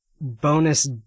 bonus